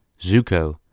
Zuko